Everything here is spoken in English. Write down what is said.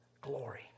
glory